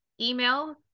email